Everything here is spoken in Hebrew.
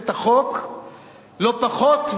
את החוק לא פחות,